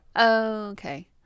Okay